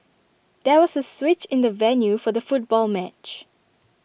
there was A switch in the venue for the football match